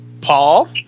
Paul